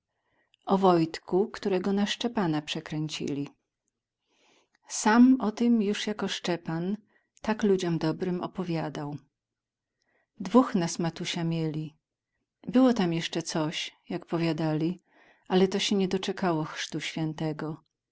jakoś nie myślał już nowej podawać opowieści sam o tem już jako szczepan tak ludziom dobrym opowiadał dwóch nas matusia mieli było tam jeszcze coś jak powiadali ale to sie nie doczekało chrztu świętego